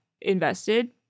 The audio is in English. invested